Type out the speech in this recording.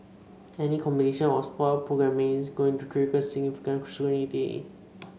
any combination of sport programming is going to trigger significant scrutiny